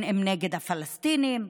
נגד הפלסטינים,